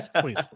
please